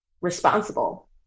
responsible